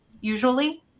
usually